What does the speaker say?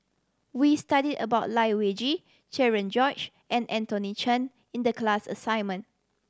we studied about Lai Weijie Cherian George and Anthony Chen in the class assignment